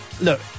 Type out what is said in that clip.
Look